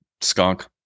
skunk